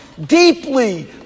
deeply